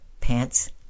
pants